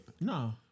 No